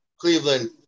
Cleveland